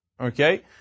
Okay